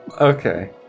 Okay